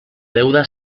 deuda